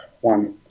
one